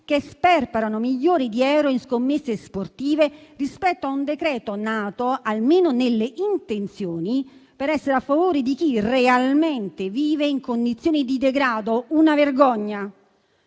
che sperperano milioni di euro in scommesse sportive rispetto a un decreto nato, almeno nelle intenzioni, per essere a favore di chi realmente vive in condizioni di degrado. Una vergogna!